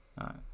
Right